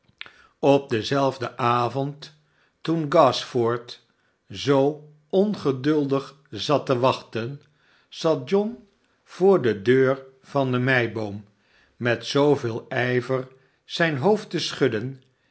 op denzelfden avond toen gashford zoo ongeduldig zat te wachten zat john voor de deur van de meiboom met zooveel rjver zrjn hoofd te schudden